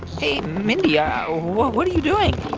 hey, mindy. um what what are you doing?